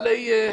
בעלי ממון.